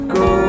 go